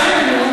משפט אחרון.